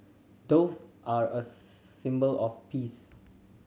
doves are a symbol of peace